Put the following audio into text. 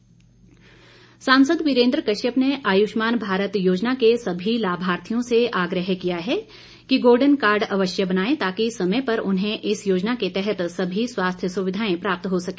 वीरेंद्र कश्यप सांसद वीरेन्द्र कश्यप ने आयुष्मान भारत योजना के सभी लाभार्थियों से आग्रह किया है कि गोल्डन कार्ड अवश्य बनाए ताकि समय पर उन्हें इस योजना के तहत सभी स्वास्थ्य सुविधाएं प्राप्त हो सके